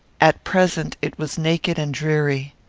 at present it was naked and dreary.